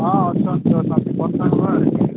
ହଁ ଅଛନ୍ତି ଅଛନ୍ତି ପସନ୍ଦ ହୁଏ